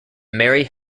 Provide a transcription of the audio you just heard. marry